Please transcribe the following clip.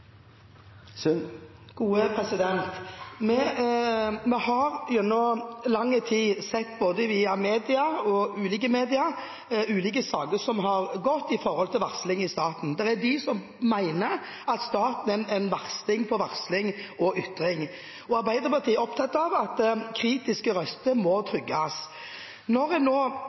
Vi har gjennom lang tid sett via ulike media ulike saker som har gått på varsling i staten. Det er dem som mener at staten er en versting på varsling og ytring. Arbeiderpartiet er opptatt av at kritiske røster må trygges.